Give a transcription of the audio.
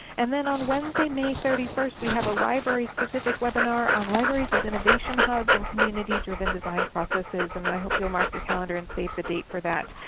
and then on wednesday may thirty first we have a library specific webinar on libraries as innovation hubs and community driven design processes. and i hope you will mark your calendar and save the date for that.